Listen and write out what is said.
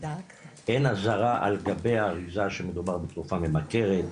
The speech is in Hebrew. אין אזהרה על גבי האריזה שמדובר בתרופה ממכרת,